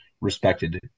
respected